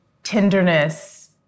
tenderness